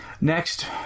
Next